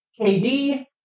KD